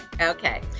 Okay